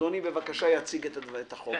אדוני, בבקשה, יציג את החוק.